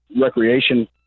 recreation